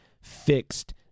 fixed